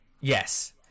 yes